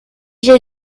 j’ai